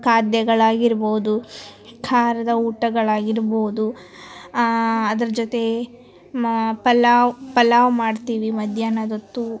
ಖಾದ್ಯಗಳಾಗಿರ್ಬೋದು ಖಾರದ ಊಟಗಳಾಗಿರ್ಬೋದು ಅದ್ರ ಜೊತೆ ಮ ಪಲಾವು ಪಲಾವು ಮಾಡ್ತೀವಿ ಮಧ್ಯಾಹ್ನದೊತ್ತು